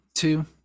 Two